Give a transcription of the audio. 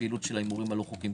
בפעילות של ההימורים הלא חוקיים.